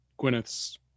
Gwyneth's